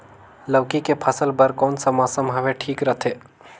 लौकी के फसल बार कोन सा मौसम हवे ठीक रथे?